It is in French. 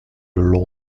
l’on